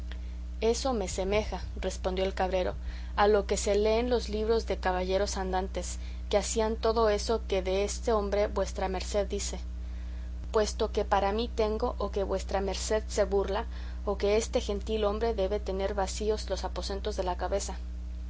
eso me semeja respondió el cabrero a lo que se lee en los libros de caballeros andantes que hacían todo eso que de este hombre vuestra merced dice puesto que para mí tengo o que vuestra merced se burla o que este gentil hombre debe de tener vacíos los aposentos de la cabeza